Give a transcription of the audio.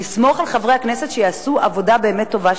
נסמוך על חברי הכנסת שיעשו עבודה באמת טובה,